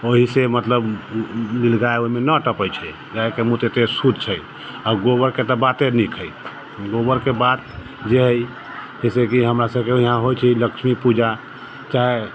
ओहिसँ मतलब नील गाय ओहिमे नहि टपैत छै गायके मूत एते शुद्ध छै आ गोबरके तऽ बाते नीक हइ गोबरके बात जे हइ जैसे की हमरा सबके यहाँ होइत छै लक्ष्मी पूजा तऽ